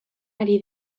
ari